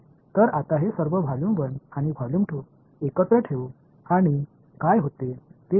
तर आता हे सर्व व्हॉल्यूम 1 आणि व्हॉल्यूम 2 एकत्र ठेवू आणि काय होते ते पाहू